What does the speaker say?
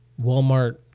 Walmart